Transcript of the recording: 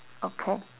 okay